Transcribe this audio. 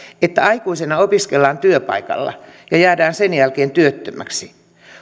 että aikuisena opiskellaan työpaikalla ja jäädään sen jälkeen työttömäksi